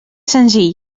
senzill